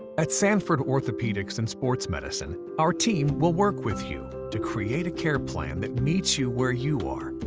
at sanford orthopedics and sports medicine, our team will work with you to create a care plan that meets you were you are.